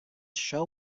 show